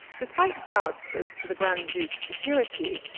despite doubts as to the grand duke's security,